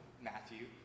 matthew